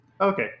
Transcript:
Okay